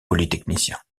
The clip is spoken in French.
polytechnicien